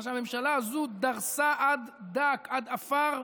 מה שהממשלה הזו דרסה עד דק, עד עפר.